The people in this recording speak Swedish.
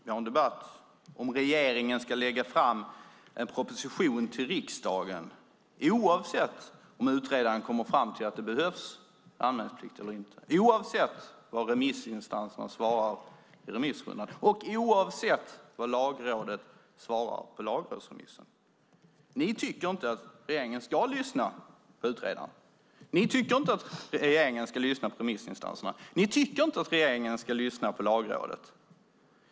Vi har en debatt om huruvida regeringen ska lägga fram en proposition till riksdagen, oavsett om utredaren kommer fram till att det behövs anmälningsplikt eller inte, oavsett vad remissinstanserna svarar i remissrundan och oavsett vad Lagrådet svarar på lagrådsremissen. Ni tycker inte att regeringen ska lyssna på utredaren. Ni tycker inte att regeringen ska lyssna på remissinstanserna. Ni tycker inte att regeringen ska lyssna på Lagrådet.